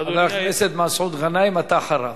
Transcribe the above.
חבר הכנסת מסעוד גנאים, אתה אחריו.